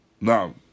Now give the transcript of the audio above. now